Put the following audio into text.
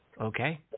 okay